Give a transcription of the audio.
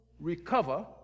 Recover